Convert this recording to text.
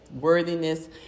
Worthiness